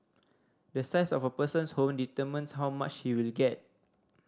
the size of a person's home determines how much he will get